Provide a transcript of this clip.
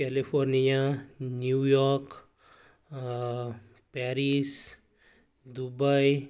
California New York Paris Dubai